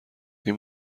این